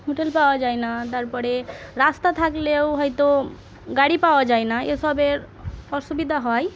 hotel পাওয়া যায় না তারপরে রাস্তা থাকলেও হয়তো গাড়ি পাওয়া যায় না এসবের অসুবিধা হয়